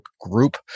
group